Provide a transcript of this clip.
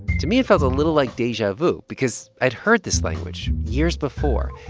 to me, it feels a little like deja vu because i'd heard this language years before.